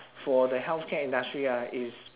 for the healthcare industry ah is